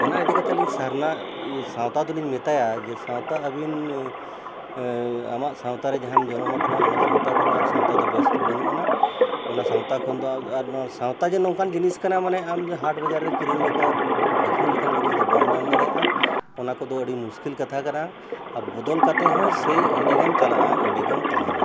ᱚᱱᱟ ᱤᱫᱤ ᱠᱟᱛᱮᱫ ᱞᱤᱧ ᱥᱟᱨᱱᱟ ᱥᱟᱶᱛᱟ ᱫᱚᱞᱤᱧ ᱢᱮᱛᱟᱭᱟ ᱡᱮ ᱥᱟᱶᱛᱟ ᱟᱹᱵᱤᱱ ᱟᱢᱟᱜ ᱥᱟᱶᱛᱟ ᱨᱮ ᱡᱟᱦᱟᱸᱢ ᱡᱚᱱᱚᱢ ᱟᱠᱟᱱᱟ ᱚᱱᱟ ᱥᱟᱶᱛᱟ ᱠᱷᱚᱱ ᱫᱚ ᱟᱨ ᱥᱟᱶᱛᱟ ᱫᱚ ᱵᱮᱥ ᱫᱚ ᱵᱟᱹᱱᱩᱜ ᱟᱱᱟ ᱚᱱᱟ ᱥᱟᱶᱛᱟ ᱠᱷᱚᱱᱫᱚ ᱥᱟᱶᱛᱟ ᱡᱮ ᱱᱚᱝᱠᱟᱱ ᱡᱤᱱᱤᱥ ᱠᱟᱱᱟ ᱢᱟᱱᱮ ᱟᱢ ᱦᱟᱴ ᱵᱟᱡᱟᱨ ᱨᱮ ᱠᱤᱨᱤᱧ ᱞᱮᱠᱟ ᱟᱹᱠᱷᱨᱤᱧ ᱞᱮᱠᱟᱱ ᱡᱤᱱᱤᱥ ᱫᱚ ᱵᱟᱢ ᱧᱟᱢ ᱫᱟᱲᱮᱭᱟᱜᱼᱟ ᱚᱱᱟ ᱠᱚᱫᱚ ᱟᱹᱰᱤ ᱢᱩᱥᱠᱤᱞ ᱠᱟᱛᱷᱟ ᱠᱟᱱᱟ ᱟᱨ ᱵᱚᱫᱚᱞ ᱠᱟᱛᱮ ᱦᱚᱸ ᱥᱮᱭ ᱮᱱᱰᱮᱜᱮᱢ ᱪᱟᱞᱟᱜᱼᱟ ᱮᱱᱰᱮᱜᱮᱢ ᱛᱟᱦᱮᱱᱟ